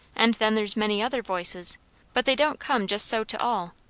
and then there's many other voices but they don't come just so to all.